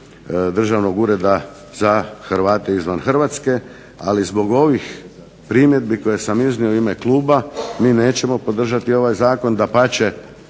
Državnog ureda za Hrvate izvan Hrvatske, ali zbog ovih primjedbi koje sam iznio u ime Kluba mi nećemo podržati ovaj Zakon dapače